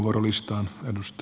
arvoisa puhemies